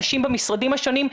עבורנו האנשים במשרדים השונים,